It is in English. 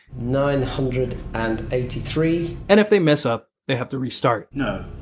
nine hundred and eighty three? and if they mess up they have to restart. no,